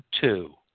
two